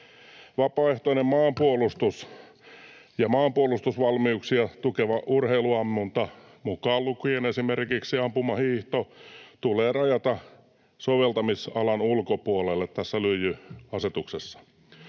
”Vapaaehtoinen maanpuolustus ja maanpuolustusvalmiuksia tukeva urheiluammunta” — mukaan lukien esimerkiksi ampumahiihto — ”tulee rajata soveltamisalan ulkopuolelle tässä lyijyasetuksessa.